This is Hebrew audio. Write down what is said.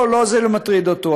לא לא, זה לא מטריד אותו.